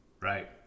Right